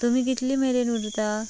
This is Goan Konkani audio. तुमी कितली मेरेन उरता